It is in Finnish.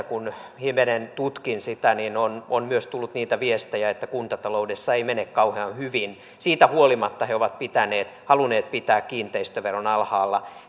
kun hivenen tutkin sitä niin aika monesta näistäkin kunnista on myös tullut niitä viestejä että kuntataloudessa ei mene kauhean hyvin ja siitä huolimatta he ovat halunneet pitää kiinteistöveron alhaalla